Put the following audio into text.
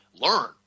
learn